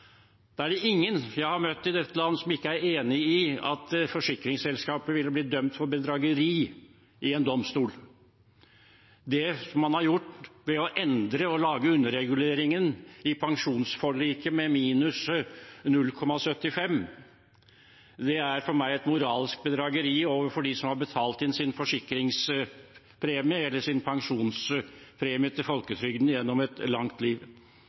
er det ingen jeg har møtt i dette land, som ikke er enig i at forsikringsselskapet ville blitt dømt for bedrageri i en domstol. Det man har gjort ved å endre og lage underreguleringen i pensjonsforliket med minus 0,75, er for meg et moralsk bedrageri overfor dem som har betalt inn sin forsikringspremie, eller pensjonspremie til folketrygden, gjennom et langt liv.